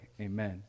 amen